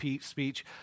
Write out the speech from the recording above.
speech